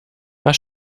was